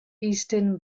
eastern